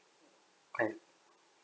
okay